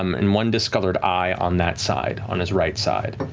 um and one discolored eye on that side, on his right side.